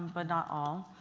but not all.